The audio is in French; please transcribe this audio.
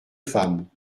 femme